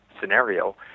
scenario